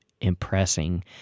impressing